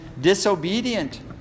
disobedient